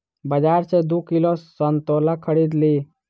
बाजार सॅ दू किलो संतोला खरीद लिअ